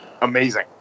Amazing